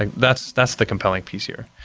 like that's that's the compelling piece here.